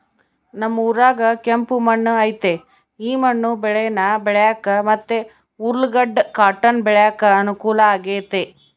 ನಮ್ ಊರಾಗ ಕೆಂಪು ಮಣ್ಣು ಐತೆ ಈ ಮಣ್ಣು ಬೇಳೇನ ಬೆಳ್ಯಾಕ ಮತ್ತೆ ಉರ್ಲುಗಡ್ಡ ಕಾಟನ್ ಬೆಳ್ಯಾಕ ಅನುಕೂಲ ಆಗೆತೆ